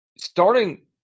Starting